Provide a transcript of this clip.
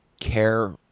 care